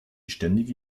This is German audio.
ständige